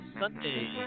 Sunday